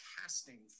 casting